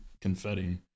confetti